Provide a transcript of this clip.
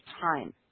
time